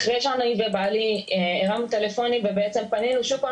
אחרי שאני ובעלי הרמנו טלפונים שוב פעם